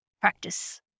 practice